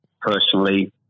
personally